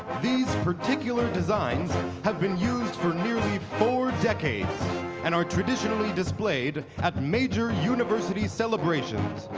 these particular designs have been used for nearly four decades and are traditionally displayed at major university celebrations,